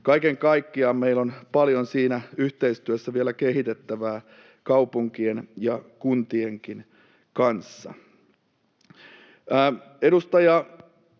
Kaiken kaikkiaan meillä on paljon siinä yhteistyössä vielä kehitettävää kaupunkien ja kuntienkin kanssa. Edustaja